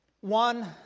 One